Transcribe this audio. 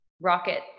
rocket